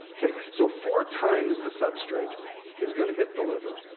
so, four times the substrate is gonna hit the liver,